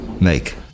make